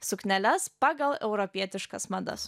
sukneles pagal europietiškas madas